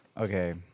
Okay